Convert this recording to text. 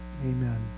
Amen